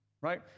right